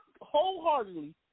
wholeheartedly